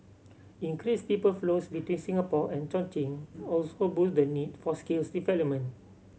increased people flows between Singapore and Chongqing also boost the need for skills development